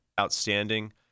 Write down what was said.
outstanding